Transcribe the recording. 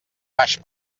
baix